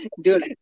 Dude